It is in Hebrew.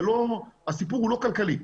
הסיפור הוא לא כלכלי.